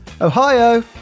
ohio